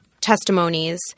testimonies